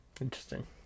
Interesting